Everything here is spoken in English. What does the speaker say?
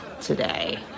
today